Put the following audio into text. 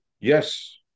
Yes